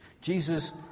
Jesus